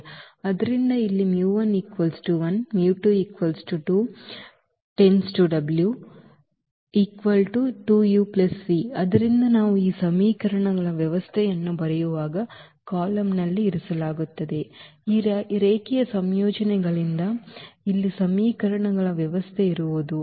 ಆದ್ದರಿಂದ ಇಲ್ಲಿ ಆದ್ದರಿಂದ ನಾವು ಈ ಸಮೀಕರಣಗಳ ವ್ಯವಸ್ಥೆಯನ್ನು ಬರೆಯುವಾಗ ಕಾಲಮ್ನಲ್ಲಿ ಇರಿಸಲಾಗುತ್ತದೆ ಈ ರೇಖೀಯ ಸಂಯೋಜನೆಗಳಿಂದ ಇಲ್ಲಿ ಸಮೀಕರಣಗಳ ವ್ಯವಸ್ಥೆ ಇರುವವು